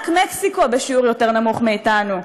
רק מקסיקו בשיעור יותר נמוך מאתנו,